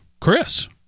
Chris